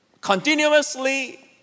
continuously